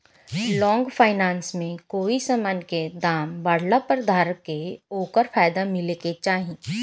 long finance में कोई समान के दाम बढ़ला पर धारक के ओकर फायदा मिले के चाही